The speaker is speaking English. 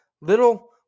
little